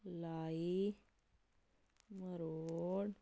ਲਾਈ ਮਰੋੜ